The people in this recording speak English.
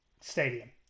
stadium